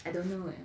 I don't know eh